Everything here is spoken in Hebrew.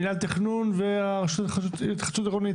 מינהל תכנון והרשות להתחדשות עירונית,